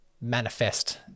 manifest